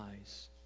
eyes